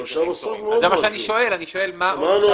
אני שואל מה עוד אפשר להוסיף?